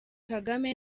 kagame